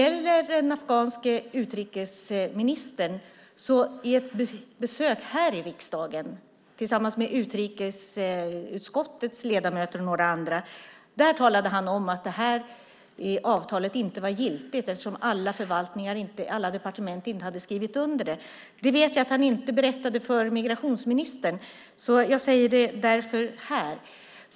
Vid ett besök här i riksdagen tillsammans med utrikesutskottets ledamöter och några andra talade den afghanska utrikesministern om att det här avtalet inte var giltigt eftersom alla departement inte hade skrivit under det. Jag vet att han inte berättade det för migrationsministern, så därför säger jag det här.